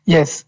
Yes